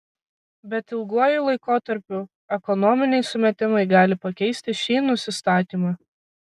bet ilguoju laikotarpiu ekonominiai sumetimai gali pakeisti šį nusistatymą